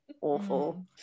Awful